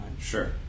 Sure